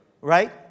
right